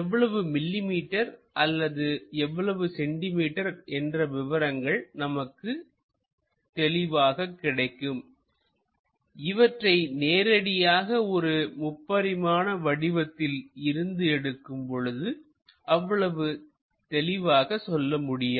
எவ்வளவு மில்லிமீட்டர் அல்லது எவ்வளவு சென்டிமீட்டர் என்ற விவரங்கள் தெளிவாக கிடைக்கும் இவற்றை நேரடியாக ஒரு முப்பரிமாண வடிவத்தில் இருந்து எடுக்கும் பொழுது அவ்வளவு தெளிவாக சொல்ல முடியாது